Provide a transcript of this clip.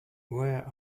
where